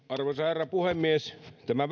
arvoisa herra puhemies tämä